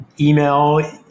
Email